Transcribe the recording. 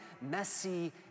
messy